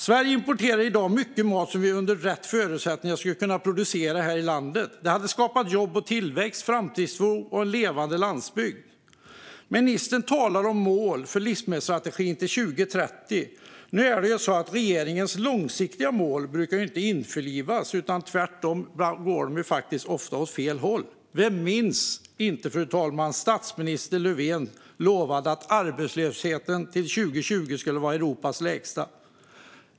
Sverige importerar i dag mycket mat som vi med rätt förutsättningar skulle kunna producera i landet. Det hade skapat jobb och tillväxt, framtidstro och en levande landsbygd. Ministern talar om mål för livsmedelsstrategin till 2030. Nu är det på det sättet att regeringens långsiktiga mål inte brukar infrias - tvärtom. De går ofta åt fel håll. Vem minns inte statsminister Löfvens löfte att arbetslösheten skulle vara Europas lägsta till 2020, fru talman?